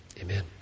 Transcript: amen